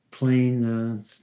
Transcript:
playing